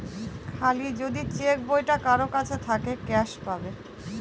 খালি যদি চেক বইটা কারোর কাছে থাকে ক্যাস পাবে